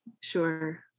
Sure